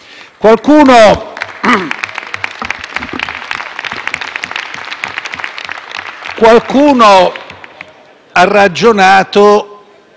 Qualcuno ha ragionato